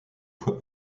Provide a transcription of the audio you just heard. fois